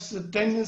במיוחד במקרה שלנו.